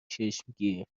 چشمگیر